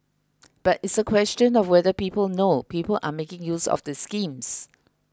but it's a question of whether people know people are making use of the schemes